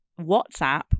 whatsapp